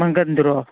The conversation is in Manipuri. ꯃꯪꯒꯟꯗꯨꯔꯣ